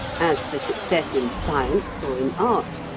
as for success in science or in art,